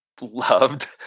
loved